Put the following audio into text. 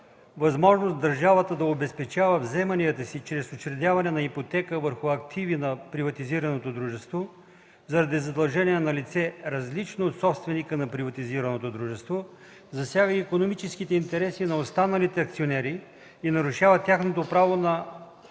възможност държавата да обезпечава вземанията си чрез учредяване на ипотека върху активи на приватизираното дружество заради задължения на лице, различно от собственика на приватизираното дружество, засяга икономическите интереси на останалите акционери и нарушава тяхното право на